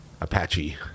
Apache